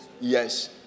Yes